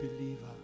believer